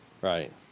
Right